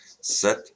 set